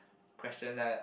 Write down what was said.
question that I